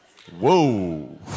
Whoa